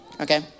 okay